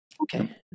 Okay